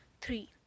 Three